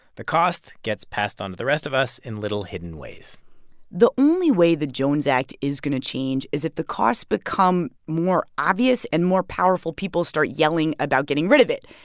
the cost gets passed on to the rest of us in little, hidden ways the only way the jones act is going to change is if the costs become more obvious and more powerful people start yelling about getting rid of it.